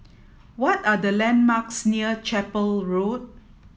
what are the landmarks near Chapel Road